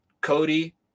Cody